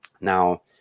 now